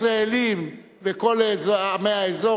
ישראלים וכל עמי האזור,